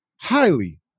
Highly